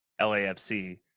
LAFC